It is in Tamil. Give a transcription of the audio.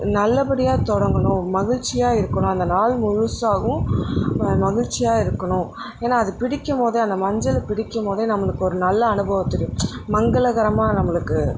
நல்லபடியா தொடங்கணும் மகிழ்ச்சியா இருக்கணும் அந்த நாள் முழுசாவும் மகிழ்ச்சியா இருக்கணும் ஏன்னா அது பிடிக்கிம் போது அந்த மஞ்சளை பிடிக்கிம்போதே நம்மளுக்கு ஒரு நல்ல அனுபவத்துக்கு மங்களகரமாக நம்மளுக்கு